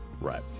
Right